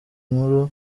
nkuru